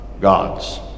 God's